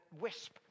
wisp